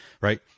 Right